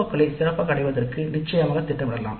க்களை சிறப்பாக அடைவதற்கு நிச்சயமாக திட்டமிடலாம்